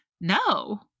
no